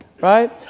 Right